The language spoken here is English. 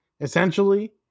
essentially